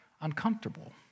uncomfortable